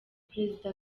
perezida